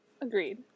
Agreed